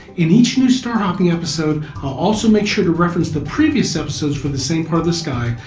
in each new star hopping episode, i'll also make sure to reference the previous episodes for the same part of the sky,